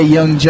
Young